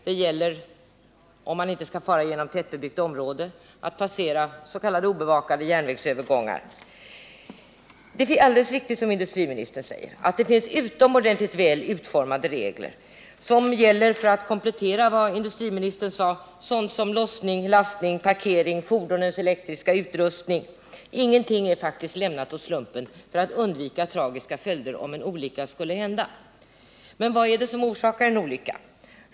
Om transporterna inte skall ske genom tättbebyggt område kommer de att passera s.k. obevakade järnvägs Nr 133 övergångar. Torsdagen den Det är alldeles riktigt som industriministern säger att det finns utomor 26 april 1979 dentligt väl utformade regler för hantering på detta område. För att komplettera vad industriministern sade kan jag nämna att dessa regler gäller sådana saker som lossning, lastning, parkering, fordonens elektriska utrustning, osv. Man har faktiskt inte lämnat någonting åt slumpen för att försöka klara olyckors tragiska följder. Men vad är det som orsakar en olycka?